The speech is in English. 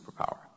superpower